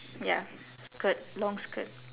ya skirt long skirt